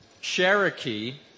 Cherokee